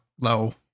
low